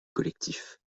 collectifs